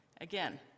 Again